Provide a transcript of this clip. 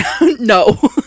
No